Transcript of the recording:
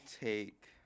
take